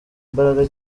imbaraga